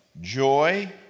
joy